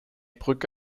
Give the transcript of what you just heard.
brücke